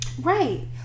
Right